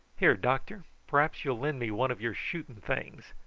here, doctor, p'r'aps you'll lend me one of your shooting things.